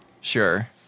Sure